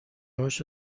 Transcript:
هاشو